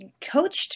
coached